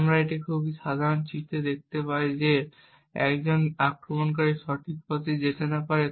আমরা এই খুব সাধারণ চিত্রে দেখতে পাই যে যদি একজন আক্রমণকারী সঠিক পথে যেতে না পারে